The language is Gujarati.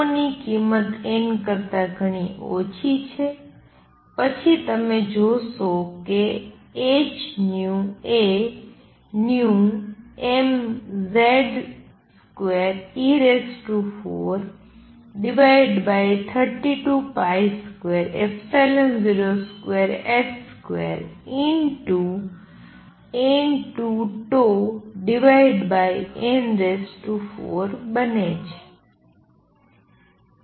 ની કિમત n કરતા ઘણી ઓછી છે પછી તમે જોશો કે h એ mZ2e432202h2n2τn4 બને છે